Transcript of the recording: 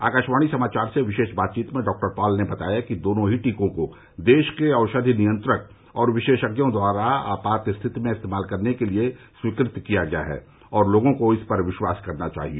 आकाशवाणी समाचार से विशेष बातचीत में डॉ पॉल ने बताया कि दोनों ही टीकों को देश के औषधि नियंत्रक और विशेषज्ञों द्वारा आपात स्थिति में इस्तेमाल करने के लिए स्वीकृत किया गया है और लोगों को इस पर विश्वास करना चाहिए